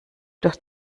durch